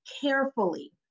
carefully